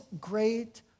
great